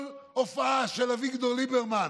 כל הופעה של אביגדור ליברמן,